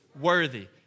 worthy